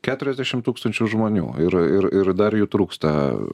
keturiasdešim tūkstančių žmonių ir ir ir dar jų trūksta